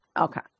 Okay